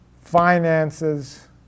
finances